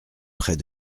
près